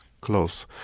close